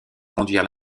conduire